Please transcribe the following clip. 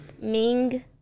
Ming